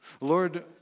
Lord